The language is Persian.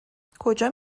کجا